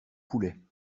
poulet